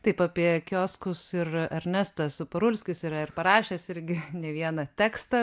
taip apie kioskus ir ernestas parulskis yra ir parašęs irgi ne vieną tekstą